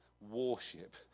warship